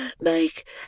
Make